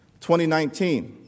2019